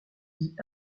dit